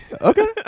Okay